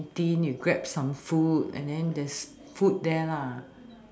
canteen you grab some food and then there's food there